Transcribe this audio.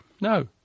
No